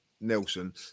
Nelson